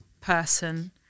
person